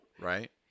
right